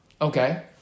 Okay